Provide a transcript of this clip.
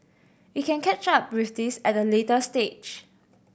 we can catch up with this at a later stage